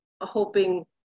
hoping